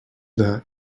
that